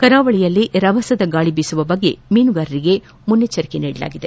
ಕರಾವಳಿಯಲ್ಲಿ ರಭಸದ ಗಾಳಿ ಬೀಸುವ ಬಗ್ಗೆ ಮೀನುಗಾರರಿಗೆ ಮುನ್ನೆಚ್ಚರಿಕೆ ನೀಡಲಾಗಿದೆ